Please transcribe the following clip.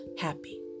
happy